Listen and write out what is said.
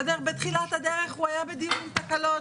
בתחילת הדרך הוא היה בדיון עם תקלות